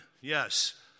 yes